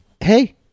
hey